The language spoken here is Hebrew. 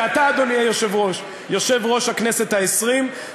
ואתה, אדוני היושב-ראש, יושב ראש הכנסת העשרים.